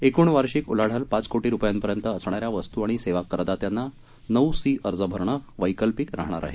एकूण वार्षिक उलाढाल पाच कोटी रुपयांपर्यंत असणाऱ्या वस्तू आणि सेवा करदात्यांना नऊ सी अर्ज भरणं वैकल्पिक राहाणार आहे